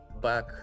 back